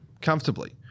comfortably